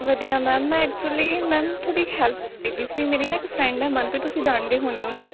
ਵਧੀਆ ma'am ma'am actually ma'am ਤੁਹਾਡੀ help ਚਾਹੀਦੀ ਸੀ ਮੇਰੀ ਨਾ ਇੱਕ ਫਰੈਂਡ ਹੈ ਮਨਪ੍ਰੀਤ ਤੁਸੀਂ ਜਾਣਦੇ ਹੋਣੇ ਉਹਨੂੰ